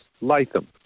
Latham